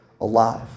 alive